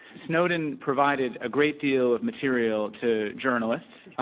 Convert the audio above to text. snowden provided a great deal of material to journalists.